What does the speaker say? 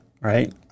right